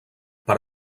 per